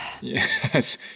Yes